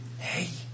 Hey